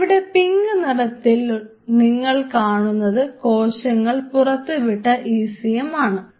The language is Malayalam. ഇവിടെ പിങ്ക് നിറത്തിൽ നിങ്ങൾ കാണുന്നത് കോശങ്ങൾ പുറത്തുവിട്ട ECM ആണ്